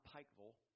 Pikeville